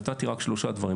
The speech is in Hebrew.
נתתי רק שלושה דברים,